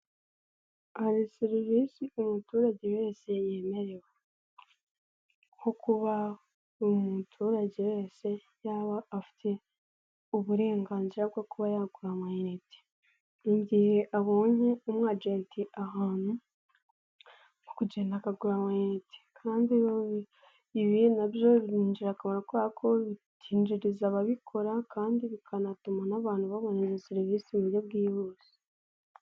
Hari serivisi umuturage wese yemerewe: nko kuba umuturage wese yaba afite uburenganzira bwo kuba yagura amayinite. Ni igihe abonye umu ajenti ahantu ashobora kugenda akagura amayinite kandi ibi nabyo bigira akamaro kuko byinjiriza ababikora kandi bikanatuma n'abantu babona izo serivisi mu buryo bwihuse.